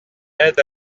aide